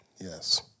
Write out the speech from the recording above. Yes